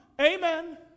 Amen